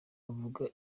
avuga